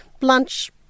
lunch